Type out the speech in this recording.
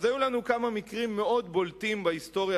היו לנו כמה מקרים מאוד בולטים בהיסטוריה